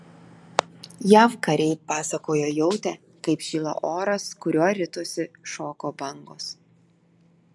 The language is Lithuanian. jav kariai pasakojo jautę kaip šyla oras kuriuo ritosi šoko bangos